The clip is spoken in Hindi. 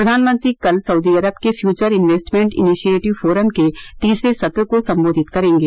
प्रधानमंत्री कल सऊदी अरब के प्यूचर इन्वेस्टमेंट इनिशिएटिव फोरम के तीसरे सत्र को सम्बोधित करेंगे